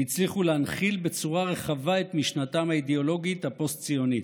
והצליחו להנחיל בצורה רחבה את משנתם האידיאולוגית הפוסט-ציונית.